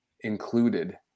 included